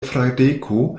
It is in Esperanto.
fradeko